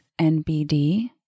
NBD